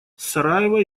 сараево